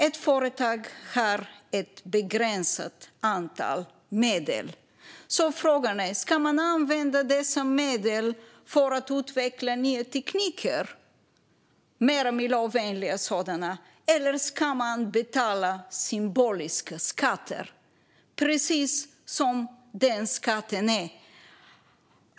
Ett företag har en begränsad mängd medel, så frågan är: Ska man använda dessa medel för att utveckla nya och mer miljövänliga tekniker, eller ska man betala symboliska skatter? Det är nämligen precis vad den här skatten är.